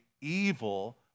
evil